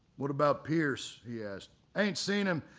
what about pierce? he asked. ain't seen him,